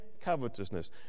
covetousness